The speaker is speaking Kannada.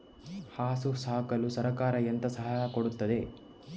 ಹಸು ಸಾಕಲು ಸರಕಾರ ಎಂತ ಸಹಾಯ ಕೊಡುತ್ತದೆ?